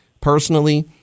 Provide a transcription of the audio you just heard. Personally